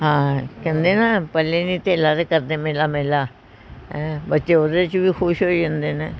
ਹਾਂ ਕਹਿੰਦੇ ਨਾ ਪੱਲੇ ਨੀ ਧੇਲਾ ਤੇ ਕਰਦੇ ਮੇਲਾ ਮੇਲਾ ਹੈਂਅ ਬੱਚੇ ਉਹਦੇ 'ਚ ਵੀ ਖੁਸ਼ ਹੋ ਜਾਂਦੇ ਨੇ